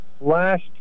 last